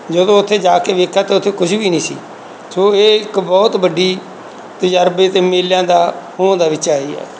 ਜਦੋਂ ਉੱਥੇ ਜਾ ਕੇ ਵੇਖਿਆ ਤਾਂ ਉੱਥੇ ਕੁਛ ਵੀ ਨਹੀਂ ਸੀ ਸੋ ਇਹ ਇੱਕ ਬਹੁਤ ਵੱਡੀ ਤਜਰਬੇ ਅਤੇ ਮੇਲਿਆਂ ਦਾ ਹੋਂਦ ਵਿੱਚ ਆਈ ਹੈ